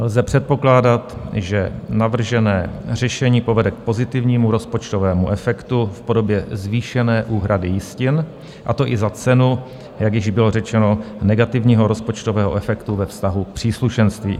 Lze předpokládat, že navržené řešení povede k pozitivnímu rozpočtovému efektu v podobě zvýšené úhrady jistin, a to i za cenu, jak již bylo řečeno, negativního rozpočtového efektu ve vztahu k příslušenství.